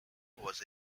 was